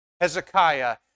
Hezekiah